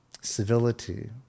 civility